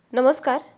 नमस्कार